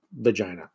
vagina